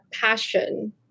passion